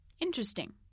Interesting